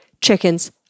Chickens